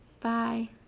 Bye